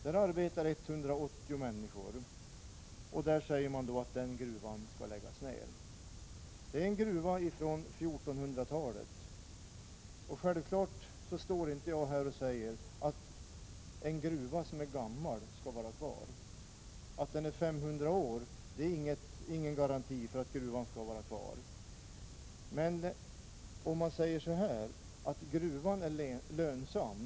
Där arbetar 180 människor. Den gruvan skall läggas ned, säger man. Det är en gruva från 1400-talet. Självfallet vill jag inte hävda att en gruva som är gammal skall finnas kvar av det skälet. Att den är 500 år är inget argument för att den skall få finnas kvar. Men gruvan är lönsam.